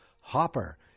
Hopper